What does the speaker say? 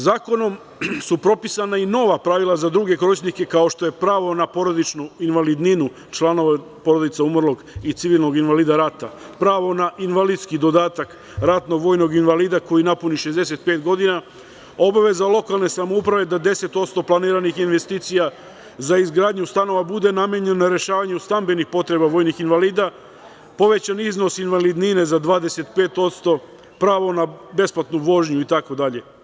Zakonom su propisana i nova pravila za druge korisnike, kao što je pravo na porodičnu invalidninu, članove porodica umrlog i civilnog invalida rata, pravo na invalidski dodatak ratnog vojnog invalida, koji napuni 65 godina, obaveza lokalne samouprave da 10% planiranih investicija za izgradnju stanova, bude namenjena za rešavanje stambenih potreba vojnih invalida, povećan iznos invalidnine za 25%, pravo na besplatnu vožnju itd.